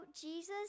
Jesus